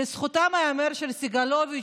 לזכותם של סגלוביץ',